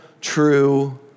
true